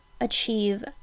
achieve